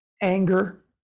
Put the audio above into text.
anger